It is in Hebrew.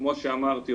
כמו שאמרתי,